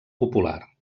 popular